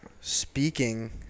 Speaking